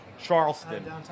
Charleston